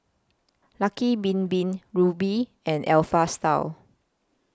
Lucky Bin Bin Rubi and Alpha Style